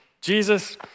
Jesus